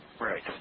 Right